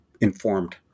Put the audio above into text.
informed